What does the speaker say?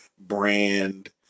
brand